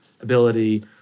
ability